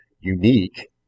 unique